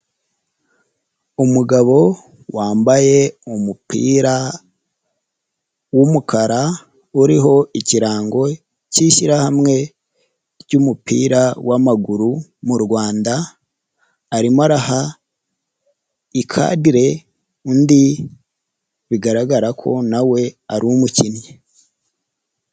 Umugabo wambaye umupira w'umukara uriho ikirango cy'ishyirahamwe ry'umupira w'amaguru mu Rwanda, arimo araha ikadere undi bigaragara ko nawe ari umukinnyi.